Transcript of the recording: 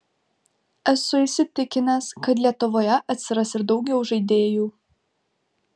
esu įsitikinęs kad lietuvoje atsiras ir daugiau žaidėjų